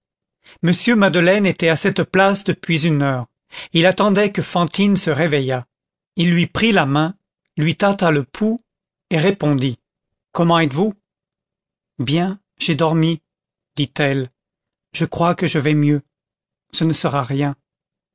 m madeleine était à cette place depuis une heure il attendait que fantine se réveillât il lui prit la main lui tâta le pouls et répondit comment êtes-vous bien j'ai dormi dit-elle je crois que je vais mieux ce ne sera rien